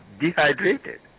dehydrated